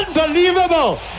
unbelievable